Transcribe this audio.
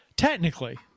Technically